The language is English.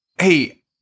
Hey